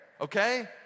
okay